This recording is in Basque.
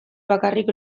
bakarrik